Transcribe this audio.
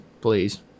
please